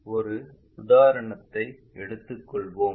ஒரு உதாரணத்தை எடுத்துக் கொள்வோம்